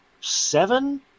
seven